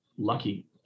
lucky